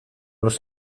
los